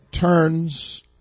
turns